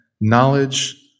knowledge